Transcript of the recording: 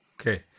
Okay